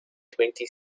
twenty